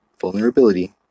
vulnerability